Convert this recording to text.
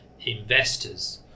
investors